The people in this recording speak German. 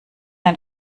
ein